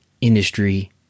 industry